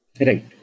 Right